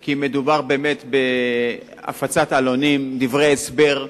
כי מדובר באמת בהפצת עלונים ובדברי הסבר.